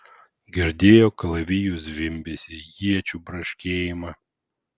girdėjo kalavijų zvimbesį iečių braškėjimą